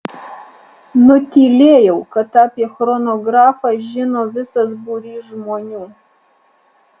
nutylėjau kad apie chronografą žino visas būrys žmonių